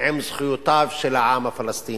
עם זכויותיו של העם הפלסטיני.